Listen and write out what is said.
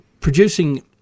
producing